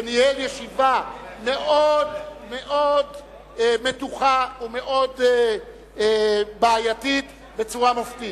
שניהל ישיבה מאוד מאוד מתוחה ומאוד בעייתית בצורה מופתית.